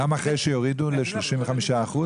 גם אחרי שיורידו ל-35%?